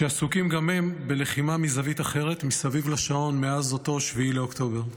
שעסוקים גם הם בלחימה מזווית אחרת מסביב לשעון מאז אותו 7 באוקטובר,